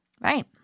Right